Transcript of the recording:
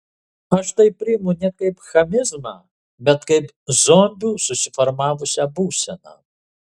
aš tai priimu ne kaip chamizmą bet kaip zombių susiformavusią būseną